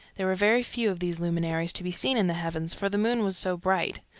there were very few of these luminaries to be seen in the heavens, for the moon was so bright.